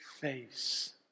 face